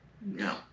No